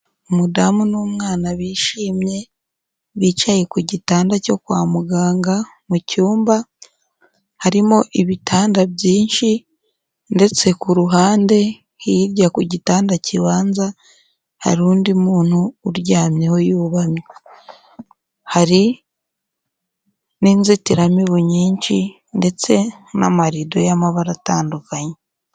Umudamu n'umwana bishimye bicaye ku gitanda cyo kwa muganga mu cyumba, harimo ibitanda byinshi ndetse ku ruhande hirya ku gitanda kibanza, hari undi muntu uryamyeho yubamye, hari n'inzitiramibu nyinshi ndetse n'amarido y'amabara atandukanye.